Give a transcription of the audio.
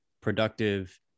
productive